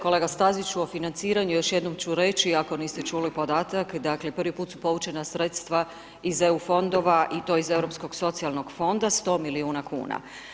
Kolega Staziću, o financiranju, još jednom ću reći ako niste čuli podatak, dakle prvi put su povućena sredstva iz EU fondova i to iz Europskog socijalnog fonda 100 milijuna kuna.